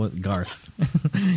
Garth